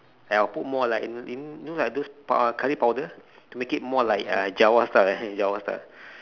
and I will put more like you know like those pow~ curry powder to make it more like uh java style java style